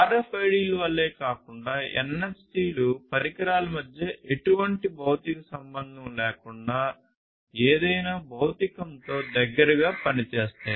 RFID ల వలె కాకుండా NFC లు పరికరాల మధ్య ఎటువంటి భౌతిక సంబంధం లేకుండా ఏదైనా భౌతికంతో దగ్గరగా పనిచేస్తాయి